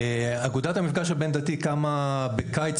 אך אנו נתקלים בתקציבים ואני מקווה שאולי יום אחד